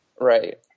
Right